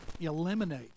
eliminate